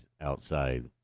outside